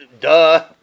Duh